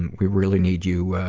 and we really need you,